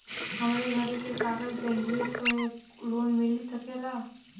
हमरे घरे के कागज दहिले पे लोन मिल सकेला?